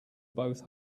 both